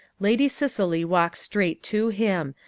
lady cicely walks straight to him.